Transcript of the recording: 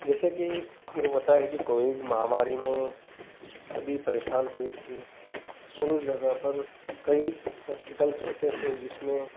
जैसे कि हमको पता है कि कोविड महामारी में सभी परेशान हुए थे और उस जगह पर कई हॉस्पिटल्स ऐसे थे जिसमें